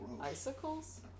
Icicles